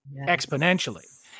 exponentially